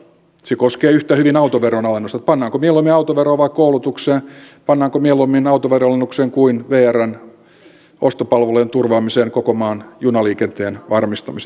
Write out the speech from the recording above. se koskee yhtä hyvin autoveron alennusta pannaanko mielummin autoveroon vai koulutukseen pannaanko mieluummin autoveron alennukseen kuin vrn ostopalvelujen turvaamiseen koko maan junaliikenteen varmistamiseen